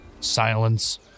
silence